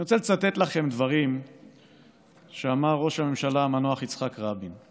אני רוצה לצטט לכם דברים שאמר ראש הממשלה המנוח יצחק רבין: